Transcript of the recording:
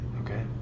okay